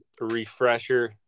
refresher